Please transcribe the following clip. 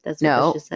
No